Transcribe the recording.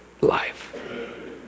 life